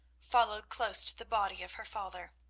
followed close to the body of her father.